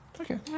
Okay